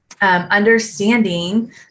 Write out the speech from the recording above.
understanding